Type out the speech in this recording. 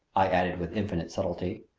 i added with infinite subtlety,